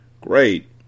Great